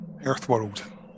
Earthworld